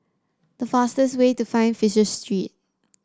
the fastest way to Fisher Street